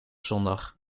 zondag